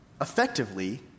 effectively